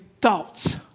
thoughts